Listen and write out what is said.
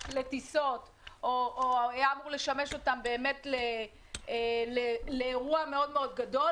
לטיסות או היה אמור לשמש אותם לאירוע גדול מאוד,